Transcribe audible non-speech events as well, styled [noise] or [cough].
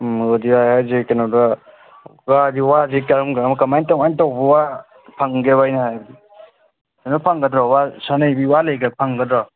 [unintelligible] ꯍꯥꯏꯔꯤꯁꯦ ꯀꯩꯅꯣꯗ ꯋꯥꯁꯦ ꯀꯔꯝ ꯀꯔꯝꯕ ꯀꯃꯥꯏ ꯀꯃꯥꯏꯅ ꯇꯧꯕ ꯋꯥ ꯐꯪꯒꯦꯕ ꯑꯩꯅ ꯍꯥꯏꯕꯗꯤ ꯀꯩꯅꯣ ꯐꯪꯒꯗ꯭ꯔꯣ ꯋꯥ ꯁꯅꯩꯕꯤ ꯋꯥ ꯐꯪꯒꯗ꯭ꯔꯣ